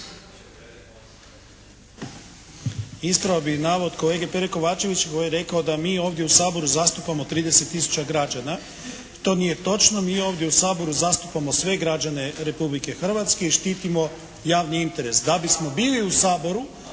Ispravio bih navod kolege Pere Kovačevića koji je rekao da mi ovdje u Saboru zastupamo tisuća građana. To nije točno. Mi ovdje u Saboru zastupamo sve građane Republike Hrvatske i štitimo javni interes. Da bismo bili u Saboru